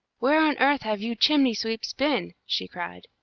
where on earth have you chimney-sweeps been? she cried.